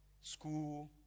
School